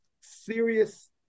serious